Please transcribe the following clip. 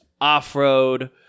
off-road